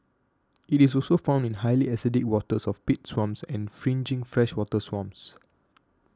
it is also found in highly acidic waters of peat swamps and fringing freshwater swamps